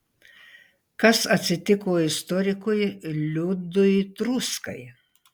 kas atsitiko istorikui liudui truskai